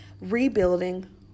Rebuilding